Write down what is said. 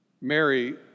Mary